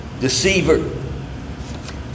deceiver